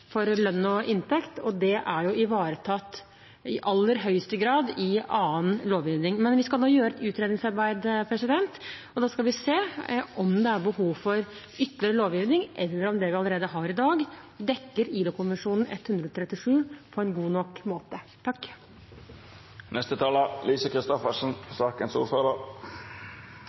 for lønn og inntekt, og det er i aller høyeste grad ivaretatt i annen lovgivning. Men vi skal nå gjøre et utredningsarbeid, og da skal vi se om det er behov for ytterligere lovgivning, eller om det vi allerede har i dag, dekker ILO-konvensjon 137 på en god nok måte.